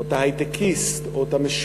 או את ההיי-טקיסט, או את המשורר,